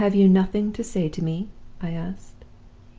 have you nothing to say to me i asked.